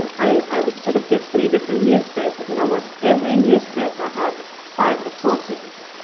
i would sort of get three different newspapers. and almost every newspaper had five reportings,